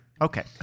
Okay